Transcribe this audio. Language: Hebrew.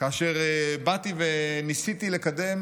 כאשר באתי וניסיתי לקדם